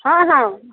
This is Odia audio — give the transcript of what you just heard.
ହଁ ହଁ